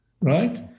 right